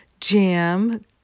jam